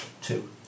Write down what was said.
Two